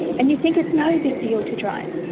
and you think it's no big deal to drive.